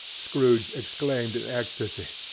scrooge exclaimed in ecstasy.